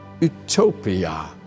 utopia